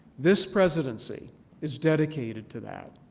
this presidency is dedicated to that.